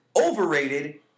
Overrated